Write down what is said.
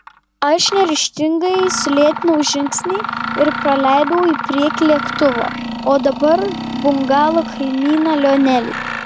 aš neryžtingai sulėtinau žingsnį ir praleidau į priekį lėktuvo o dabar bungalo kaimyną lionelį